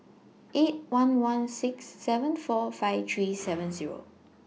eight one one six seven four five three seven Zero